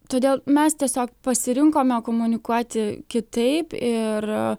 todėl mes tiesiog pasirinkome komunikuoti kitaip ir